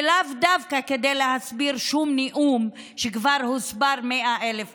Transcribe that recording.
ולאו דווקא כדי להסביר שום נאום שכבר הוסבר 100,000 פעמים.